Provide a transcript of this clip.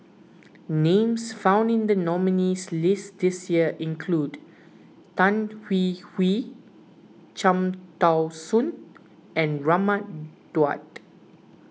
names found in the nominees' list this year include Tan Hwee Hwee Cham Tao Soon and Raman Daud